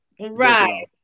Right